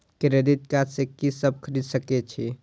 Credit card से की सब खरीद सकें छी?